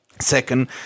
Second